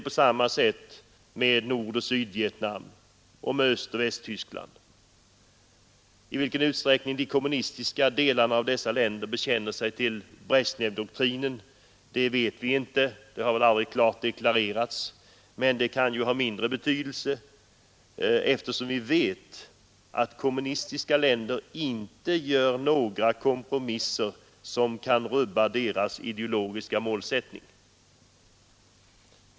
På samma sätt är det med Nordoch Sydvietnam och med Östoch Västtyskland. I vilken utsträckning de kommunistiska delarna av dessa länder bekänner sig till Bresjnevdoktrinen vet vi inte — det har väl aldrig klart deklarerats — men det kan ha mindre betydelse eftersom vi vet att kommunistiska länder inte gör några kompromisser som kan rubba deras ideologiska målsättning.